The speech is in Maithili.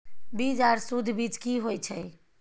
बीज आर सुध बीज की होय छै?